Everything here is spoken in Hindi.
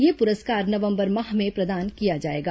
यह पुरस्कार नवंबर माह में प्रदान किया जाएगा